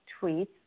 tweets